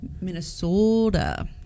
Minnesota